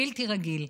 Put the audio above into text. בלתי רגיל.